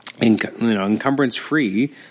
encumbrance-free